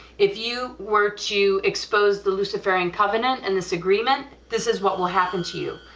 if you were to expose the luciferian covenant, and this agreement, this is what will happen to you,